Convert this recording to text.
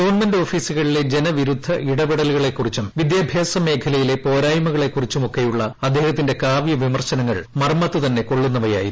government ഓഫീസുകളിലെ ജനവിരുദ്ധ ഇടപെടലുകളെക്കുറിച്ചും വിദ്യാഭ്യാസ മേഖലയിലെ പോരായ്മകളെക്കുറിച്ചുമൊക്കെയുള്ള അദ്ദേഹത്തിന്റെ കാവൃവിമർശനങ്ങൾ മർമ്മത്ത് തന്നെ കൊള്ളുന്നവയായിരുന്നു